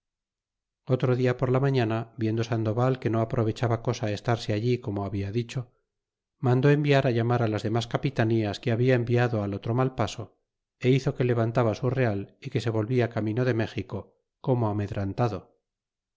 otro dia por la mañana viendo sandoval que no aprovechaba cosa estarse allí como habla dicho mandó enviar llamar las demas capitanías que habla enviado al otro mal paso é hizo que levantaba su real y que se volvía camino de méxico como amedrantado